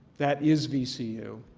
that is vcu.